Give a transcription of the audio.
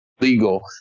Legal